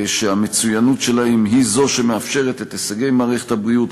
שהמצוינות שלהם היא זאת שמאפשרת את הישגי מערכת הבריאות,